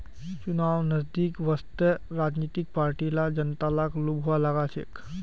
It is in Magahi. चुनाव नजदीक वस त राजनीतिक पार्टि ला जनताक लुभव्वा लाग छेक